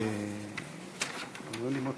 אדוני היושב-ראש,